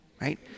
right